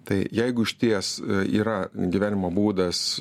tai jeigu išties yra gyvenimo būdas